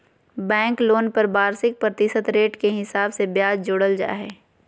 bank loan पर वार्षिक प्रतिशत रेट के हिसाब से ब्याज जोड़ल जा हय